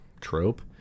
trope